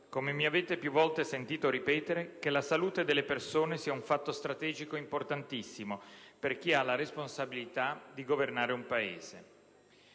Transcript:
come mi avete più volte sentito ripetere, che la salute delle persone sia un fatto strategico importantissimo per chi ha la responsabilità di governare un Paese.